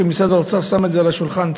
כשמשרד האוצר שם את זה על השולחן,